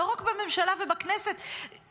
לא רק בממשלה ובכנסת,